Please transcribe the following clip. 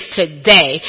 today